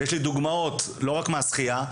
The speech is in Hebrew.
ויש לי דוגמאות לא רק מהשחייה,